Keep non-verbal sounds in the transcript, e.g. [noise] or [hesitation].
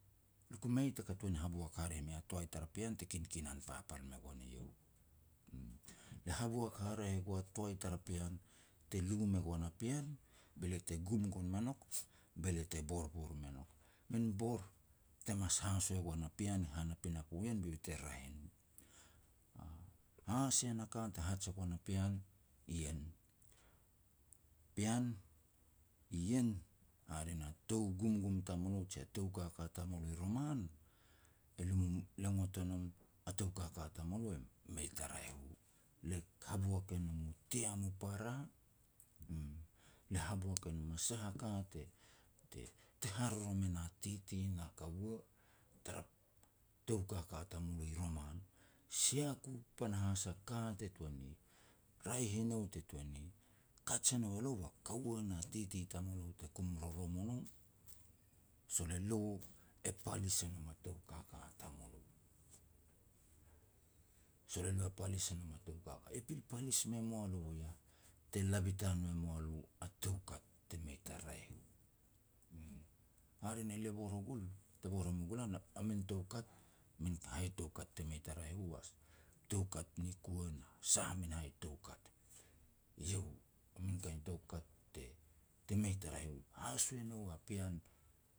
Lia ku mei taka tun haboak haraeh mea toai tara pean te kinkinan papal me goan iau, uum. Le haboak haraeh e gua toai tara pean te lu me goan a pean, be lia te gum gon me nouk, be lia te borbor me nouk. Min bor te mas haso e goan a pean han a pinapo ien be iau te raeh i no. [hesitation] Ha asia na ka te haj e goan a pean ien, pean ien hare na tou gumgum tamulo jia tou kaka tamulo i roman [hesitation] le ngot e nom a tou kaka tamulo e mei ta raeh u. Le haboak e nom u tiam u para, uum, le haboak e nom a sah ka te-te-te harorom e na titi na kaua tara tou kaka tamulo i roman. Sia ku panahas a ka te tuan ni raeh i no te tuan ni kaj e nou elo ba kaua na titi tamulo te kum rorom o no, sol elo e palis e nom a tou kaka tamulo. Sol elo palis e nom a tou kaka, e pil palis me mua lo iah, te labitan me mua lo a toukat te mei ta raeh u, uum. Hare na le bor o gul, te bor hamua ua gu lan [hesitation] a min toukat, min hai toukat te mei ta raeh u [noise] toukat ni kua na sah a min hai toukat. Iau a min kain toukat te-te mei ta raeh u. Haso nou a pean